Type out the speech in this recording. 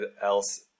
else